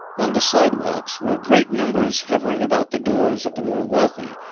on the side walks, were great numbers hovering about the doors of the more wealthy,